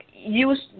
use